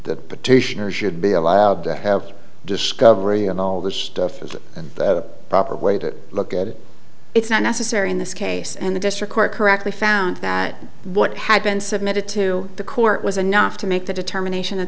the petitioner should be allowed to have discovery of all this stuff is the proper way to look at it it's not necessary in this case and the district court correctly found that what had been submitted to the court was enough to make the determination that